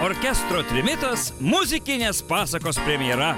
orkestro trimitas muzikinės pasakos premjera